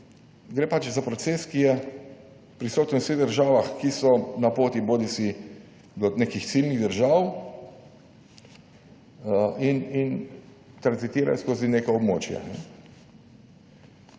gre pač za proces, ki je prisoten v vseh državah, ki so na poti bodisi do nekih ciljnih držav in tranzitirajo skozi neko območje.